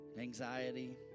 anxiety